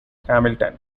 hamilton